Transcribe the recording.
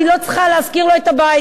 אני לא צריכה להשכיר לו את הבית,